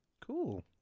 Cool